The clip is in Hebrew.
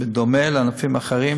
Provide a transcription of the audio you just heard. בדומה לענפים אחרים,